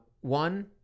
one